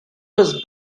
was